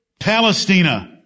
Palestina